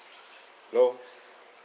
hello